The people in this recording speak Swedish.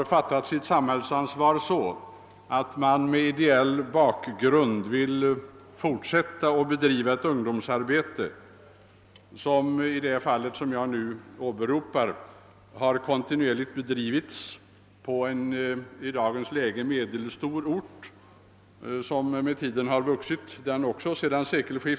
De har känt sitt samhällsansvar på det sättet att de med ideell bakgrund vill fortsätta med det ungdomsarbete, som kontinuerligt har bedrivits på orten, vilken har vuxit sedan sekelskiftet och nu är att betrakta som medelstor.